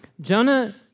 Jonah